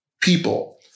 people